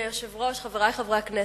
אדוני היושב-ראש, חברי חברי הכנסת,